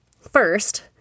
First